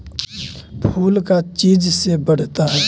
फूल का चीज से बढ़ता है?